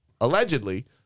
Allegedly